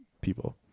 people